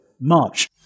March